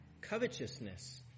covetousness